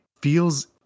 feels